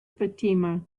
fatima